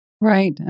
Right